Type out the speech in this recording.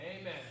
Amen